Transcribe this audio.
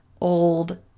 old